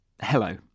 Hello